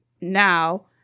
now